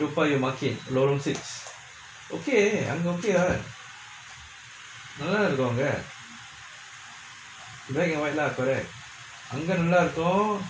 toa payoh market lorong six okay I'm hoping can no longer black and white lah correct அங்க நல்லா இருக்கோ:angga nallaa irukko